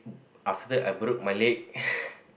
after I broke my leg